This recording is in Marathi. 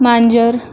मांजर